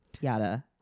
yada